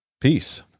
Peace